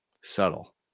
subtle